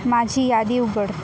माझी यादी उघड